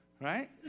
Right